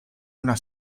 una